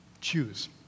Choose